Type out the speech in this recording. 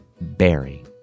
Barry